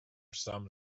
some